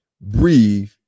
breathe